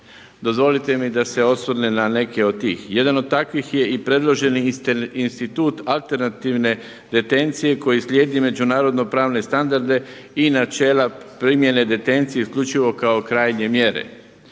Dozvolite mi da se osvrnem na neke od tih. Jedan od takvih je i predloženi institut alternativne retencije koji slijedi međunarodno pravne standarde i načela primjene detencije isključivo kao krajnje mjere.